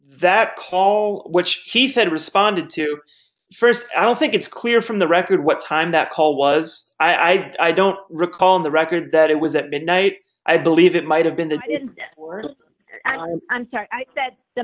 that call which he said responded to st i don't think it's clear from the record what time that call was i don't recall in the record that it was at midnight i believe it might have been the worst i'm sorry that the